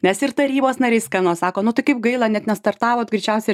nes ir tarybos nariai skambino sako nu tai kaip gaila net nestartavot greičiausiai ir